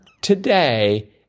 today